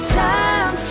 time